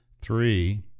Three